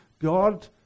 God